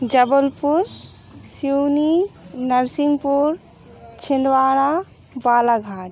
Jabalpur Seoni Narsinghpur Chhindwara Balaghat